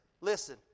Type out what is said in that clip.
listen